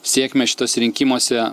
sėkmę šituose rinkimuose